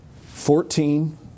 Fourteen